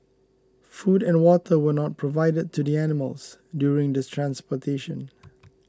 food and water were not provided to the animals during the transportation